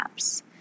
apps